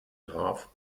graph